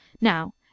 Now